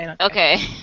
Okay